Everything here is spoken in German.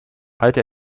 alte